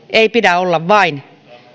ei pidä olla vain